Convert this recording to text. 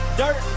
dirt